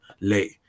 late